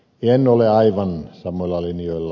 en ole aivan samoilla linjoilla